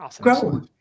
grow